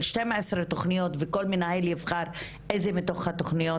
של 12 תוכניות וכל מנהל יבחר איזה מתוך התוכניות